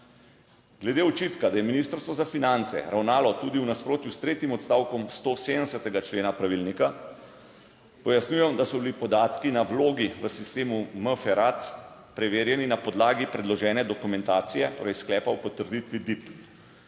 Glede očitka, da je Ministrstvo za finance ravnalo tudi v nasprotju s tretjim odstavkom 170. člena pravilnika, pojasnjujemo, da so bili podatki na vlogi v sistemu MFERAC preverjeni na podlagi predložene dokumentacije, torej sklepa o potrditvi DIP.